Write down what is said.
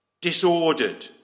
Disordered